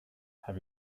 have